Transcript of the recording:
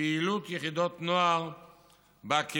פעילות יחידות נוער בקהילה,